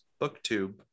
BookTube